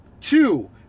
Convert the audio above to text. Two